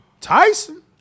tyson